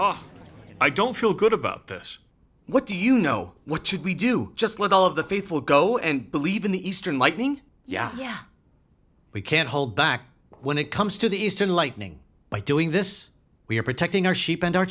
wrath i don't feel good about this what do you know what should we do just let all of the faithful go and believe in the eastern lightning yeah yeah we can't hold back when it comes to the eastern lightning by doing this we are protecting our sheep and our